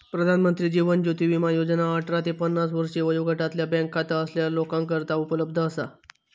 प्रधानमंत्री जीवन ज्योती विमा योजना अठरा ते पन्नास वर्षे वयोगटातल्या बँक खाता असलेल्या लोकांकरता उपलब्ध असा